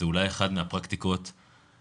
זה אולי אחת מהפרקטיקות החמורות,